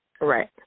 Right